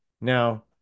Now